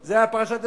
זה היה בפרשת השבוע.